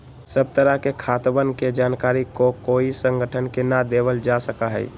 सब तरह के खातवन के जानकारी ककोई संगठन के ना देवल जा सका हई